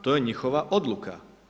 To je njihova odluka.